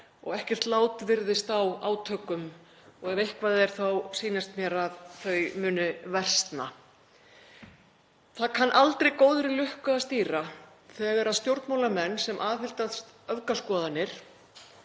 og ekkert lát virðist á átökum og ef eitthvað er þá sýnist mér að þau muni versna. Það kann aldrei góðri lukku að stýra þegar stjórnmálamenn sem aðhyllast öfgaskoðanir